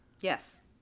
Yes